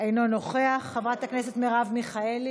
אינו נוכח, חברת הכנסת מרב מיכאלי,